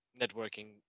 networking